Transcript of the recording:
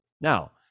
Now